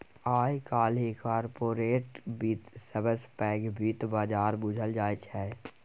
आइ काल्हि कारपोरेट बित्त सबसँ पैघ बित्त बजार बुझल जाइ छै